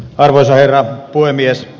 arvoisa herra puhemies